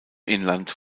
inland